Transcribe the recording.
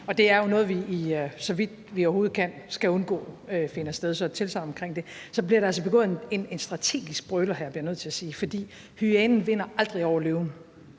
sig. Det er jo noget, vi, så vidt vi overhovedet kan, skal undgå finder sted – så det er et tilsagn omkring det. Så bliver der altså begået en strategisk brøler her, bliver jeg nødt til sige, fordi hyænen aldrig vinder over løven.